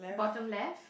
bottom left